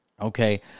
Okay